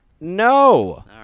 No